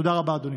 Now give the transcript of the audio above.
תודה רבה, אדוני.